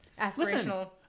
aspirational